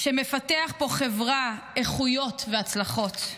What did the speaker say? שמפתח פה חברה, איכויות והצלחות.